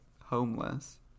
homeless